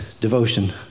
devotion